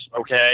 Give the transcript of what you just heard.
okay